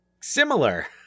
similar